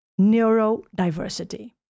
neurodiversity